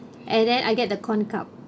and then I get the corn cup